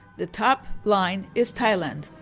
the top line is thailand.